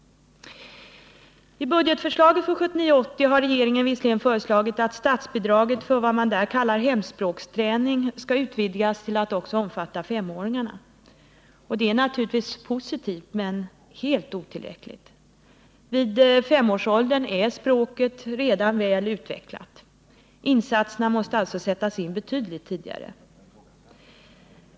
I budgetförslaget för 1979/80 har regeringen föreslagit att statsbidraget för vad man där kallar hemspråksträning skall utvidgas till att omfatta också femåringarna. Det är naturligtvis positivt men helt otillräckligt. I femårsåldern är språket redan väl utvecklat. Insatserna måste alltså sättas in betydligt tidigare.